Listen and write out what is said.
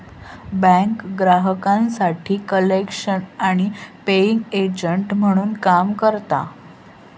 बँका ग्राहकांसाठी कलेक्शन आणि पेइंग एजंट म्हणून काम करता